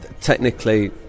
technically